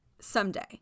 Someday